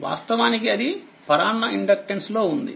వాస్తవానికి అదిపరాన్న ఇండక్టెన్స్ లో ఉంది